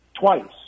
twice